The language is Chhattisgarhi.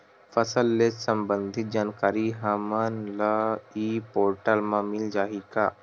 फसल ले सम्बंधित जानकारी हमन ल ई पोर्टल म मिल जाही का?